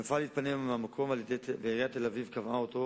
המפעל התפנה מהמקום, ועיריית תל-אביב קבעה אותו